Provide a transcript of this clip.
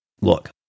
Look